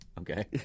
Okay